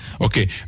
Okay